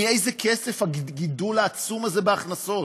מאיזה כסף הגידול העצום הזה בהכנסות?